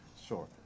Sure